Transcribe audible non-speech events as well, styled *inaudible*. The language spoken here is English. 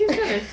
*laughs*